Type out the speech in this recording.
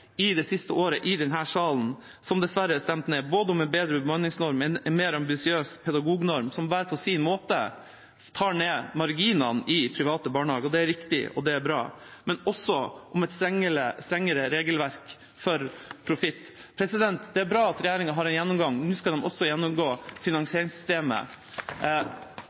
stemt ned – både om en bedre bemanningsnorm og om en mer ambisiøs pedagognorm, som hver på sin måte tar ned marginene i private barnehager – det er viktig, og det er bra – men også om et strengere regelverk for profitt. Det er bra at regjeringa har en gjennomgang. Nå skal de også gjennomgå finansieringssystemet.